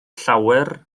llawer